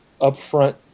upfront